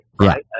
right